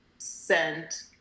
sent